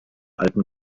alten